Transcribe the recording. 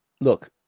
Look